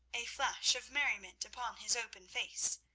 a flash of merriment upon his open face.